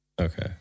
Okay